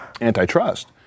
antitrust